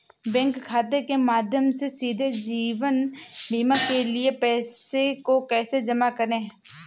Bank खाते के माध्यम से सीधे जीवन बीमा के लिए पैसे को कैसे जमा करें?